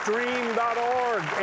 Stream.org